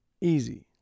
easy